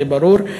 זה ברור.